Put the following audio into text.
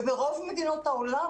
וברוב מדינות העולם,